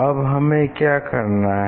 अब हमें क्या करना है